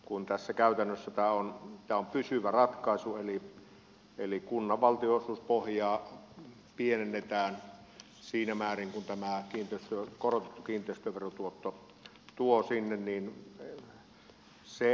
kun ja käytännössä tämä on pysyvä ratkaisu eli kunnan valtionosuuspohjaa pienennetään siinä määrin kuin mitä tämä korotettu kiinteistöverotuotto tuo sinne